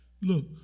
Look